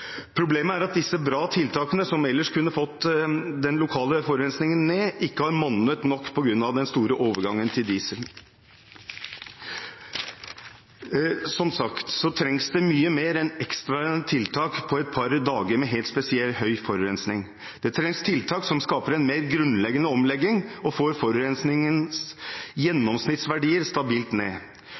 Problemet er at disse bra tiltakene, som ellers kunne fått den lokale forurensingen ned, ikke har monnet på grunn av den store overgangen til diesel. Som sagt trengs det mye mer enn ekstraordinære tiltak på et par dager med helt spesielt høy forurensing. Det trengs tiltak som skaper en mer grunnleggende omlegging, og som får forurensingens gjennomsnittsverdier stabilt ned.